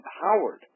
empowered